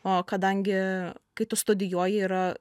o kadangi kai tu studijuoji yra